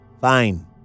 Fine